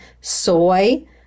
soy